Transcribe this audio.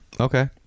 Okay